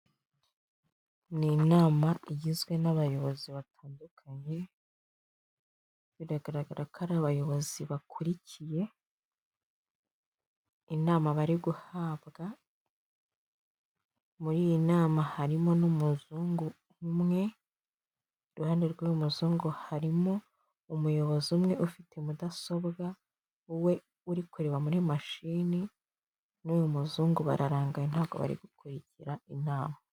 Ni inama igizwe n'abayobozi batandukanye, biragaragara ko ari abayobozi bakurikiye, inama bari guhabwa, muri iyi nama harimo n'umuzungu umwe, iruhande rw'uyu muzungu harimo umuyobozi umwe ufite mudasobwawe uri kureba muri mashini, n'uyu muzungu bararangaye ntabwo bari gukurikira inama.